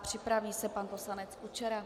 Připraví se pan poslanec Kučera.